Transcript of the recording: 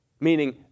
Meaning